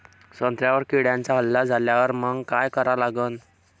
संत्र्यावर किड्यांचा हल्ला झाल्यावर मंग काय करा लागन?